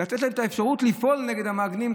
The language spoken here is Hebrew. לתת את האפשרות לפעול נגד המעגנים,